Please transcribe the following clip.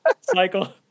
cycle